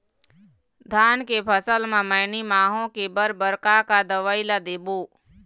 धान के फसल म मैनी माहो के बर बर का का दवई ला देबो?